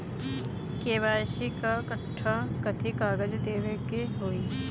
KYC ला कट्ठा कथी कागज देवे के होई?